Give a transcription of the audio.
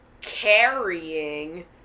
carrying